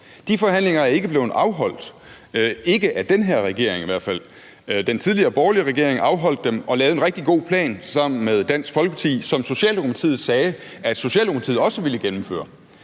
De forhandlinger er ikke blevet afholdt, ikke af den her regering i hvert fald. Den tidligere borgerlige regering afholdt dem og lavede en rigtig god plan sammen med Dansk Folkeparti, som Socialdemokratiet sagde at Socialdemokratiet også ville gennemføre.